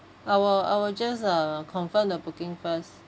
I'll I'll just uh confirm the booking first